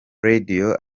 radio